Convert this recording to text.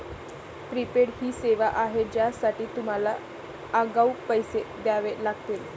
prepaid ही सेवा आहे ज्यासाठी तुम्हाला आगाऊ पैसे द्यावे लागतील